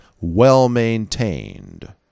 well-maintained